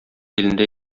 илендә